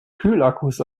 kühlakkus